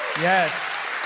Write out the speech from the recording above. Yes